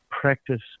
practice